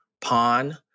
pawn